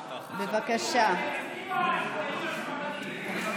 החרדים האשכנזים או החרדים הספרדים?